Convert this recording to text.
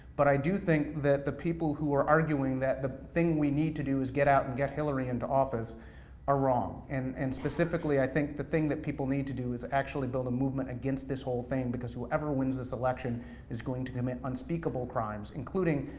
but i do think that the people who are arguing that the thing we need to do is get out and get hillary into office are wrong, and and specifically, i specifically, i think the thing that people need to do is actually build a movement against this whole thing, because whoever wins this election is going to commit unspeakable crimes, including,